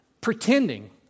Pretending